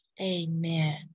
amen